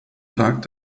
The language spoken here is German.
tag